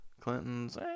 Clintons